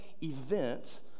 event